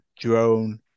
drone